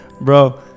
bro